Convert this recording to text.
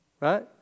Right